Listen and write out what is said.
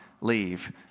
leave